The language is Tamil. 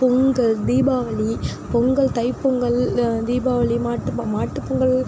பொங்கல் தீபாவளி பொங்கல் தை பொங்கல் தீபாவளி மாட் மாட்டுப் பொங்கல்